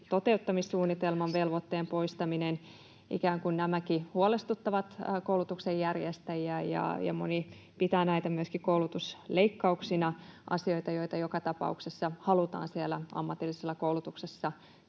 toteuttamissuunnitelman velvoitteen poistaminenkin ikään kuin huolestuttavat koulutuksen järjestäjiä. Moni pitää näitä myöskin koulutusleikkauksina — asioita, joita joka tapauksessa halutaan siellä ammatillisessa koulutuksessa tehdä,